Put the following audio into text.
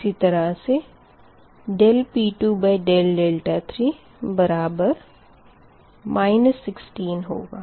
इसी तरह से dP2d3 बराबर 16 होगा